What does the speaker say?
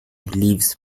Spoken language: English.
beliefs